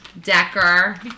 Decker